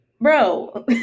bro